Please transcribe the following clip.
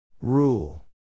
Rule